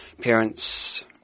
parents